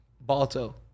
Balto